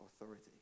authority